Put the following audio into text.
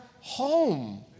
home